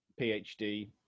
PhD